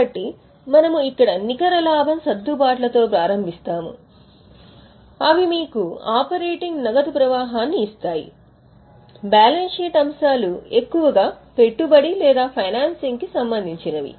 కాబట్టి మనము ఇక్కడ నికర లాభం సర్దుబాట్లతో ప్రారంభిస్తాము అవి మీకు ఆపరేటింగ్ నగదు ప్రవాహాన్ని ఇస్తాయి బ్యాలెన్స్ షీట్ అంశాలు ఎక్కువగా పెట్టుబడి లేదా ఫైనాన్సింగ్కు సంబంధించినవి